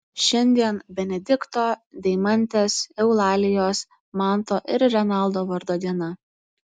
šiandien benedikto deimantės eulalijos manto ir renaldo vardo diena